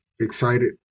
excited